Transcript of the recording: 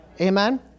Amen